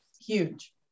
huge